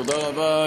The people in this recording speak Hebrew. תודה רבה.